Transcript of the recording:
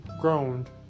groaned